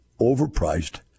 overpriced